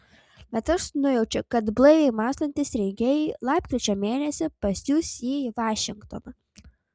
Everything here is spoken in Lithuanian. bet aš nujaučiu kad blaiviai mąstantys rinkėjai lapkričio mėnesį pasiųs jį į vašingtoną